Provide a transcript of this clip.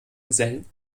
gesellen